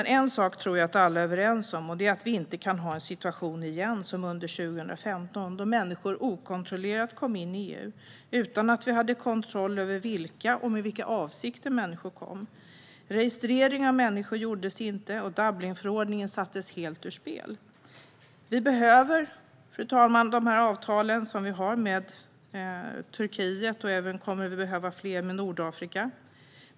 En sak tror jag dock att alla är överens om, och det är att vi inte igen kan ha en situation som under 2015, då människor okontrollerat kom in i EU utan att vi hade kontroll över vilka de var och med vilka avsikter de kom. Registrering av människor gjordes inte, och Dublinförordningen sattes helt ur spel. Vi behöver, fru talman, de avtal vi har med Turkiet, och vi kommer att behöva fler med Nordafrika.